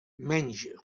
menys